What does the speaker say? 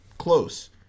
close